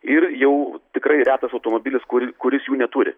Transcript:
ir jau tikrai retas automobilis kuris jų neturi